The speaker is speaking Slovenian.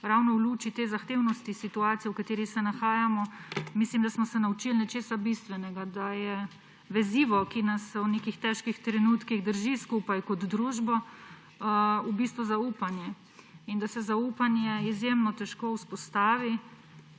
ravno v luči zahtevnosti situacije, v kateri se nahajamo, mislim, da smo se naučili nečesa bistvenega, da je vezivo, ki nas v nekih težkih trenutkih drži skupaj kot družbo, v bistvu zaupanje. In zaupanje se izjemno težko vzpostavi,